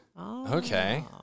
Okay